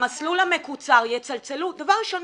במסלול המקוצר יצלצלו דבר ראשון,